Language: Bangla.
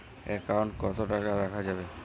একাউন্ট কত টাকা রাখা যাবে?